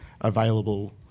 available